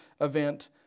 event